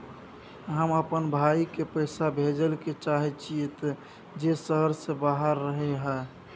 हम अपन भाई के पैसा भेजय ले चाहय छियै जे शहर से बाहर रहय हय